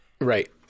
Right